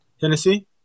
Tennessee